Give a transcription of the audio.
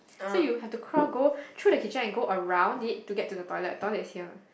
so you have to crawl go through the kitchen and around it to get to the toilet toilet is here